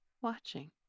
Watching